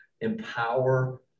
empower